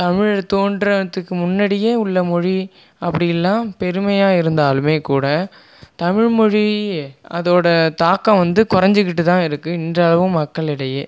தமிழ் தோன்றத்துக்கு முன்னடியே உள்ள மொழி அப்படியில்லாம் பெருமையாக இருந்தாலுமே கூட தமிழ் மொழி அதோடய தாக்கம் வந்து குறஞ்சிகிட்டு தான் இருக்குது இன்றளவும் மக்களிடையே